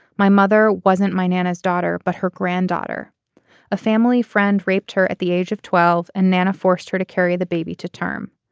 my mother wasn't my nana's daughter but her granddaughter a family friend raped her at the age of twelve and nana forced her to carry the baby to term.